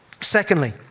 Secondly